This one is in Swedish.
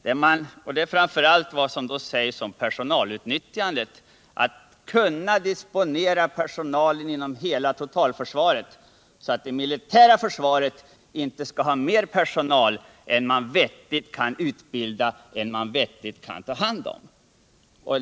Jag tänker då framför allt på vad som sägs om personalutnyttjandet, att man skall kunna disponera personalen inom hela totalförsvaret så, att det militära försvaret inte skall ha mer personal än man vettigt kan utbilda och ta hand om.